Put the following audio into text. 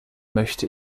möchte